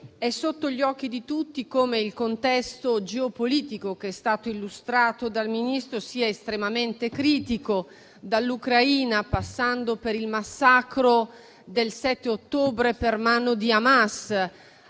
è sotto gli occhi di tutti come il contesto geopolitico che è stato illustrato dal Ministro sia estremamente critico, dall'Ucraina, passando per il massacro del 7 ottobre per mano di Hamas,